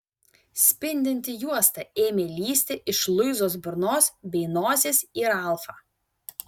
spindinti juosta ėmė lįsti iš luizos burnos bei nosies į ralfą